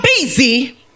busy